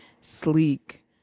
sleek